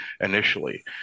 initially